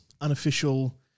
unofficial